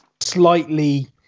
slightly